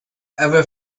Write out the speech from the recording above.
ever